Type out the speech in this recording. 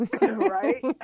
Right